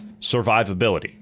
survivability